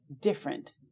different